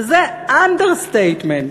וזה אנדרסטייטמנט,